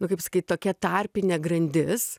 nu kaip sakyt tokia tarpinė grandis